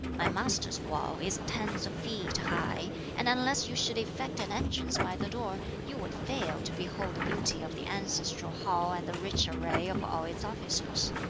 my master's wall is tens of feet high, and unless you should effect an entrance by the door, you would fail to behold the beauty of the ancestral hall and the rich array of all its officers.